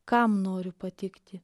kam noriu patikti